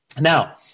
Now